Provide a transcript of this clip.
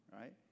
right